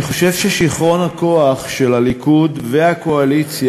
אני חושב ששיכרון הכוח של הליכוד והקואליציה,